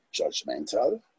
judgmental